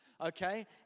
okay